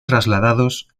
trasladados